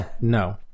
No